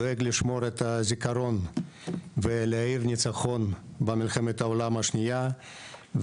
דואג לשמור את הזיכרון ולהאיר את הניצחון במלחמת העולם השנייה,